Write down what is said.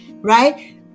Right